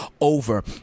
over